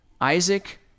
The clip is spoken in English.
Isaac